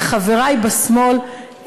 וחברי בשמאל,